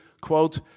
quote